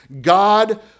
God